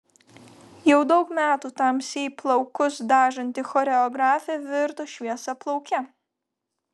jau daug metų tamsiai plaukus dažanti choreografė virto šviesiaplauke